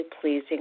pleasing